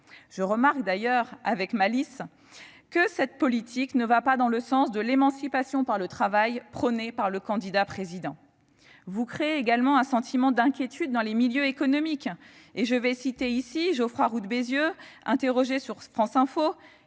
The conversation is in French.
Je remarque d'ailleurs avec malice que cette politique ne va pas dans le sens de l'émancipation par le travail prônée par le candidat-président. Vous créez également un sentiment d'inquiétude dans les milieux économiques. Interrogé sur France Info, Geoffroy Roux de Bézieux a qualifié